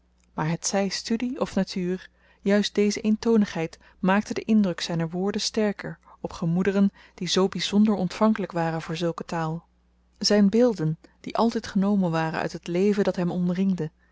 maar hetzy studie of natuur juist deze eentonigheid maakte den indruk zyner woorden sterker op gemoederen die zoo byzonder ontvankelyk waren voor zulke taal zyn beelden die altyd genomen waren uit het leven dat hem omringde